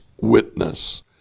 witness